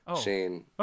Shane